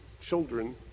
children